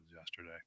yesterday